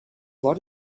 what